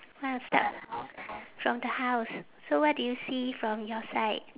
want to start from the house so what do you see from your side